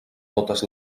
totes